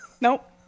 Nope